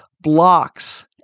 blocks